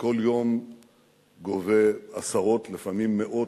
שכל יום גובה עשרות, לפעמים מאות,